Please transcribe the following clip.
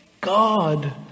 God